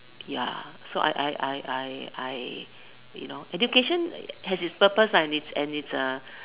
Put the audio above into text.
ya so I I I I I you know education has it's purpose lah and it's uh and it's uh